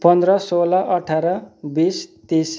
पन्ध्र सोह्र अठार बिस तिस